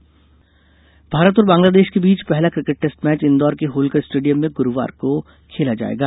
कि केट भारत और बांग्लादेश के बीच पहला क्रिकेट टेस्ट मैच इंदौर के होलकर स्टेडियम में गुरूवार से खेला जाएगा